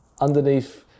underneath